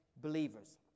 believers